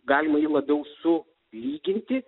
galima jį labiau su lyginti